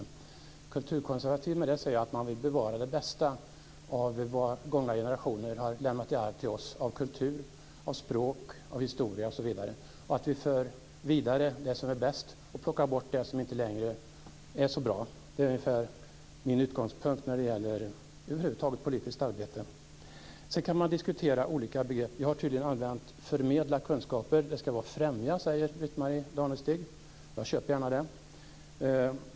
Med kulturkonservativ menar jag att man vill bevara det bästa av vad gångna generationer har lämnat i arv till oss av kultur, språk, historia osv. och att vi för vidare det som är bäst och plockar bort det som inte längre är så bra. Det är ungefär min utgångspunkt när de gäller över huvud taget politiskt arbete. Sedan kan man diskutera olika begrepp. Jag har tydligen alltid använt ordet "förmedla" kunskaper, och det ska vara "främja", säger Britt-Marie Danestig. Jag köper gärna det.